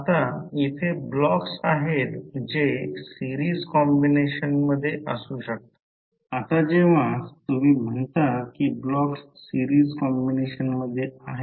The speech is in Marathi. आता फ्लक्स A B A हे क्रॉस सेक्शनल एरिया आहे आणि B फ्लक्स डेन्सिटी आहे